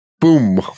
Boom